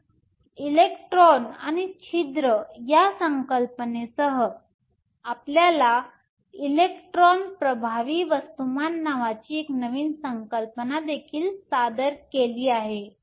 तर इलेक्ट्रॉन आणि छिद्र या संकल्पनेसह तुम्हाला इलेक्ट्रॉन प्रभावी वस्तुमान नावाची एक नवीन संकल्पना देखील सादर केली आहे